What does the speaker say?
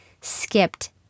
skipped